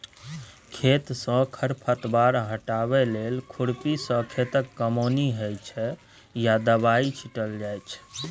खेतसँ खर पात हटाबै लेल खुरपीसँ खेतक कमौनी होइ छै या दबाइ छीटल जाइ छै